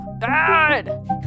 bad